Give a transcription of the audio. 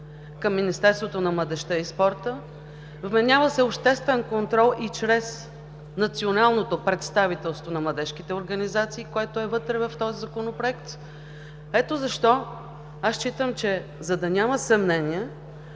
към Министерството на младежта и спорта. Вменява се обществен контрол и чрез националното представителство на младежките организации, което е вътре в Законопроекта. Ето защо считам, че за да няма съмнение,